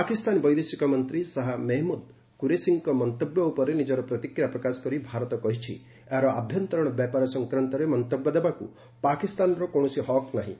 ପାକିସ୍ତାନ ବୈଦେଶିକ ମନ୍ତ୍ରୀ ଶାହା ମେହେମୁଦ୍ କୁରେଶିଙ୍କ ମନ୍ତବ୍ୟ ଉପରେ ନିଜର ପ୍ରତିକ୍ରିୟା ପ୍ରକାଶ କରି ଭାରତ କହିଛି ଏହାର ଆଭ୍ୟନ୍ତରୀଣ ବ୍ୟାପାର ସଂକ୍ରାନ୍ତରେ ମନ୍ତବ୍ୟ ଦେବାକୁ ପାକିସ୍ତାନର କୌଣସି ହକ୍ ନାହିଁ